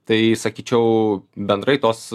tai sakyčiau bendrai tos